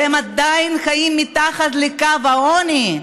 והם עדיין חיים מתחת לקו העוני,